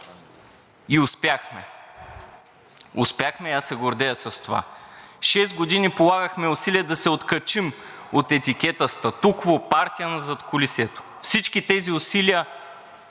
И успяхме, успяхме и аз се гордея с това. Шест години полагахме усилия да се откачим от етикета „статукво“, „партия на задкулисието“. Всички тези усилия